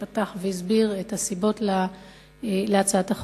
שפתח והסביר את הסיבות להצעת החוק.